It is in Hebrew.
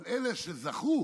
אבל אלה שזכו